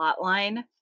plotline